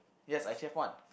yes I actually have one